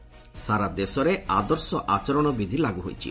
ସାରା ଦେଶରେ ଆଦର୍ଶ ଆଚରଣ ବିଧି ଲାଗୁ ହୋଇଛି